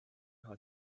how